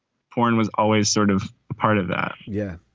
porn was always sort of part of that yeah.